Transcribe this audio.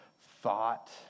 thought